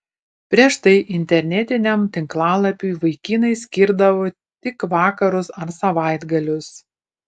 prieš tai internetiniam tinklalapiui vaikinai skirdavo tik vakarus ar savaitgalius